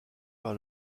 par